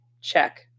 Check